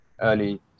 early